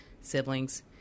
siblings